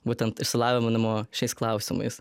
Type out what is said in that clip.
būtent išsilaviminimo šiais klausimais